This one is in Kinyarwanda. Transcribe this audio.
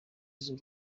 z’u